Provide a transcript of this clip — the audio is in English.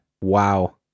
Wow